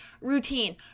routine